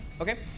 Okay